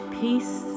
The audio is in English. peace